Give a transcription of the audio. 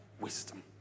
wisdom